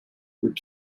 group